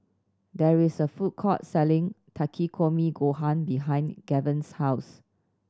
there is a food court selling Takikomi Gohan behind Gaven's house